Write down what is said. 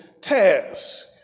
task